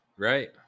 Right